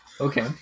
okay